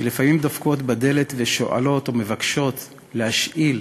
שלפעמים דופקות בדלת ושואלות או מבקשות לשאול